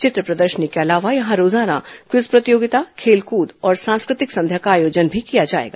चित्र प्रदर्शनी के अलावा यहां रोजाना क्विज प्रतियोगिता खेलकूद और सांस्कृतिक संध्या का आयोजन भी किया जाएगा